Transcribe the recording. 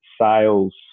sales